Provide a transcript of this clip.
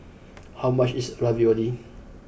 how much is Ravioli